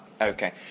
Okay